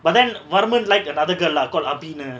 but then varman like another girl lah call abi னு:nu